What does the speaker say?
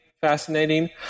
fascinating